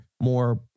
more